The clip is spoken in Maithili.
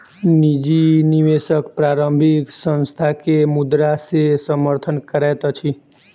निजी निवेशक प्रारंभिक संस्थान के मुद्रा से समर्थन करैत अछि